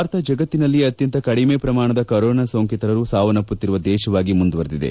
ಭಾರತ ಜಗತ್ತಿನಲ್ಲಿಯೇ ಅತ್ಯಂತ ಕಡಿಮೆ ಪ್ರಮಾಣದ ಕೊರೋನಾ ಸೋಂಕಿತರು ಸಾವನ್ನಪ್ಪುತ್ತಿರುವ ದೇಶವಾಗಿ ಮುಂದುವರೆದಿದೆ